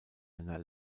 einer